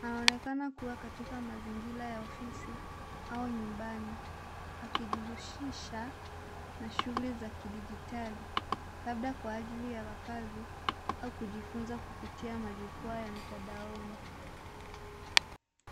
Anaonekana kuwa katika mazingira ya ofisi au nyumbani akijihusisha na shughuli za kidijitali labda kwa ajili ya wakazi au kujifunza kupitia kwa njia ya mtandaoni.